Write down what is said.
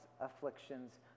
afflictions